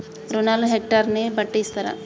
రుణాలు హెక్టర్ ని బట్టి ఇస్తారా?